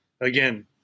again